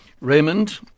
Raymond